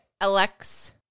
Alex